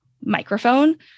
microphone